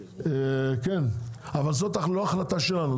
אבל זאת לא החלטה שלנו,